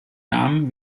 namen